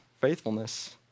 faithfulness